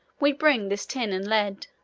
we bring this tin and lead